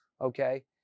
Okay